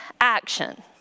action